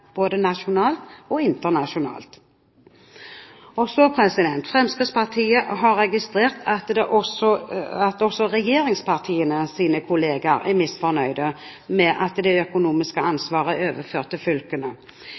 både nasjonalt og internasjonalt. Fremskrittspartiet har registrert at også regjeringspartienes kollegaer er misfornøyde med at det økonomiske ansvaret er overført til fylkene.